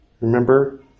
Remember